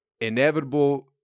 inevitable